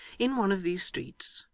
in one of these streets,